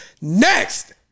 Next